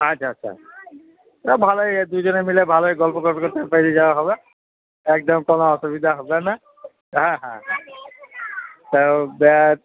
আচ্ছা আচ্ছা তা ভালোই দুজনে মিলে ভালোই গল্প করতে করতে বেরিয়ে যাওয়া হবে একদম কোনও অসুবিধা হবে না হ্যাঁ হ্যাঁ হ্যাঁ তা ও ব্যাগ